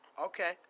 Okay